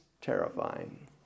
terrifying